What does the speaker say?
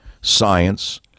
science